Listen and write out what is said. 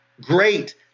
Great